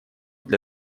для